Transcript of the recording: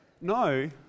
No